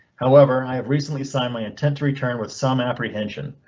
however, i have recently signed my intent to return with some apprehension.